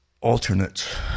alternate